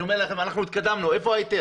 אני אומר לכם, אנחנו התקדמנו איפה ההיתר?